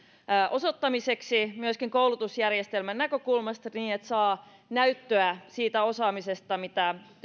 osoittamiseksi myöskin koulutusjärjestelmän näkökulmasta niin että saa näyttöä siitä osaamisesta mitä